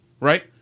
right